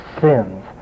sins